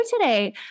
today